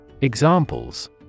Examples